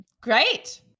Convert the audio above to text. Great